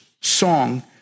song